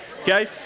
Okay